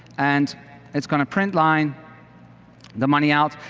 and it's going to print line the money out.